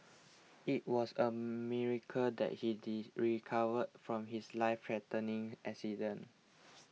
it was a miracle that he recovered from his lifethreatening accident